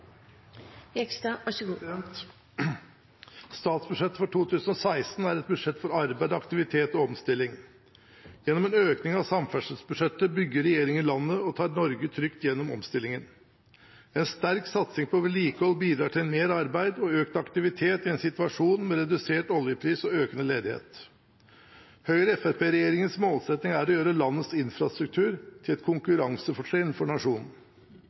et budsjett for arbeid, aktivitet og omstilling. Gjennom en økning av samferdselsbudsjettet bygger regjeringen landet og tar Norge trygt gjennom omstillingen. En sterk satsing på vedlikehold bidrar til mer arbeid og økt aktivitet i en situasjon med redusert oljepris og økende ledighet. Høyre–Fremskrittsparti-regjeringens målsetting er å gjøre landets infrastruktur til et konkurransefortrinn for nasjonen.